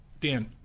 Dan